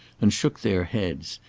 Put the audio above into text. and shook their heads.